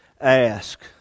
ask